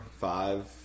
five